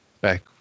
back